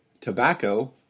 Tobacco